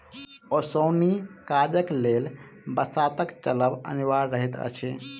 ओसौनी काजक लेल बसातक चलब अनिवार्य रहैत अछि